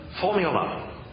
formula